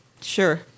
Sure